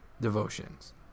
devotions